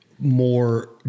more